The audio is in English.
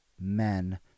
men